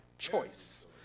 choice